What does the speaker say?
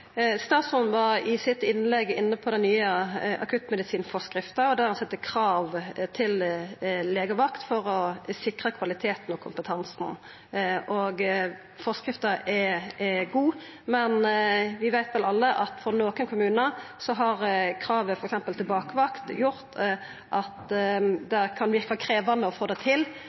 Statsråden var i innlegget sitt inne på den nye akuttmedisinforskrifta, der ein set krav til legevakt for å sikra kvaliteten og kompetansen. Forskrifta er god, men vi veit vel alle at for nokre kommunar har kravet til f.eks. bakvakt gjort at det kan verka krevjande å få det til,